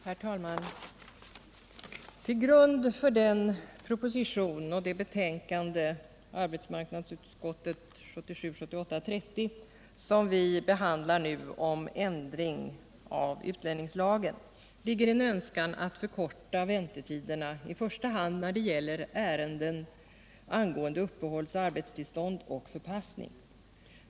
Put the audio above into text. Herr talman! Till grund för den proposition och det betänkande, arbetsmarknadsutskottets betänkande 1977/78:30, som vi behandlar nu om ändring av utlänningslagen ligger en önskan att förkorta väntetiderna i första hand när det gäller ärenden angående uppehållsoch arbetstillstånd och förpassning.